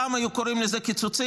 פעם היו קוראים לזה קיצוצים,